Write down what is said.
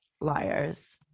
liars